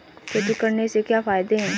खेती करने से क्या क्या फायदे हैं?